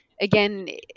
again